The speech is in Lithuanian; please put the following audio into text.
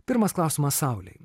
pirmas klausimas saulei